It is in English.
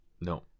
No